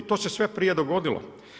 To se sve prije dogodilo.